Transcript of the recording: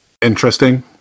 interesting